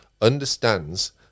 understands